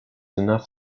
enough